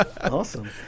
Awesome